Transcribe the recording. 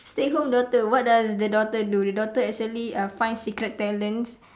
stay home daughter what does the daughter do the daughter actually uh find secret talents